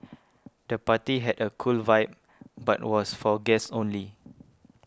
the party had a cool vibe but was for guests only